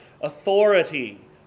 authority